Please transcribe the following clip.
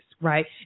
right